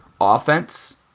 offense